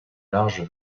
large